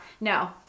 No